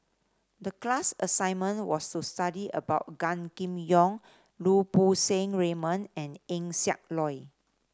the class assignment was to study about Gan Kim Yong Lau Poo Seng Raymond and Eng Siak Loy